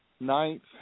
ninth